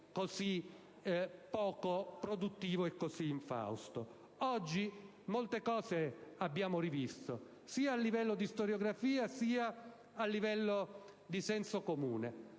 così poco produttivo e così infausto. Oggi abbiamo rivisto molte cose sia a livello di storiografia sia a livello di senso comune;